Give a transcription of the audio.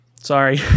Sorry